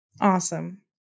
Awesome